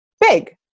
big